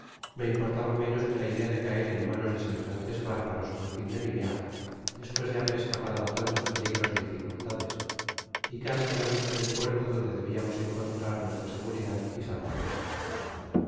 aunque considerable m mportaba menosquela idea de caer en manos de semejanes bárbaros al fin de mi viaje despues de haber escapado á tantos peligros y dificultades y easi á la vista dei puerto donde debiamos encontrar nuestra segiridad y salvacion